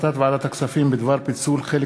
החלטת ועדת הכספים בדבר פיצול חלק